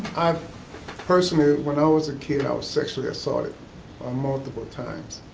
um personally, when i was a kid i was sexually assaulted ah multiple times,